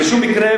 בשום מקרה,